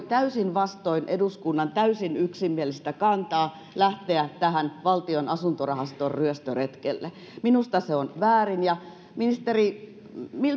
täysin vastoin eduskunnan täysin yksimielistä kantaa lähteä tähän valtion asuntorahaston ryöstöretkelle minusta se on väärin ja ministeri